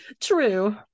true